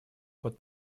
под